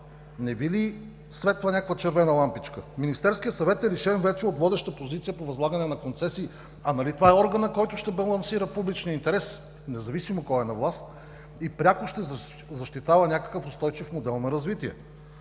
не Ви ли светва някаква червена лампа? Министерският съвет е лишен вече от водеща позиция по възлагане на концесии, а нали това е органът, който ще балансира публичния интерес независимо кой е на власт и пряко ще защитава някакъв устойчив модел на развитие.